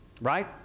Right